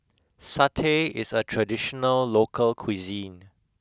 Satay is a traditional local cuisine